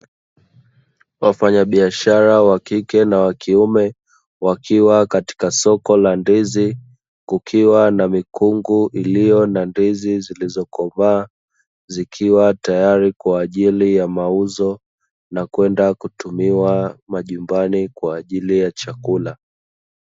Wafanyabiashara wakike na wakiume wakiwa katika soko la ndizi, kukiwa na mikungu iliyo na ndizi zilizokomaa zikiwa tayari kwaajili ya mauzo na kwenda kutumiwa majumbani kwaajili ya chakula.